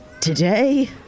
today